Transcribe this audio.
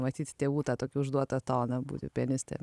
matyt tėvų tad tokių užduotą toną būtų pianistę